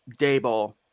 Dayball